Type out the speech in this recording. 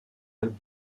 alpes